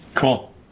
Cool